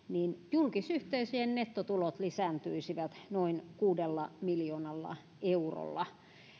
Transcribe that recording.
julkisyhteisöjen nettotulot lisääntyisivät noin kuudella miljoonalla eurolla